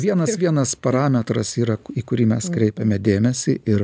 vienas vienas parametras yra į kurį mes kreipiame dėmesį ir